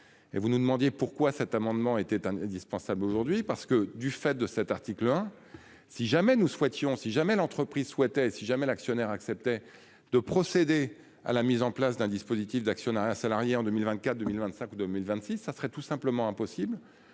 Et vous nous demandiez pourquoi cet amendement était indispensable aujourd'hui parce que du fait de cet article hein si jamais nous souhaitions si jamais l'entreprise souhaitait si jamais l'actionnaire acceptait de procéder à la mise en place d'un dispositif d'actionnariat salarié en 2024, 2025 ou 2026, ça serait tout simplement impossible